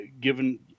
given